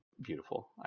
beautiful